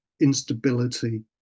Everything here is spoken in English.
instability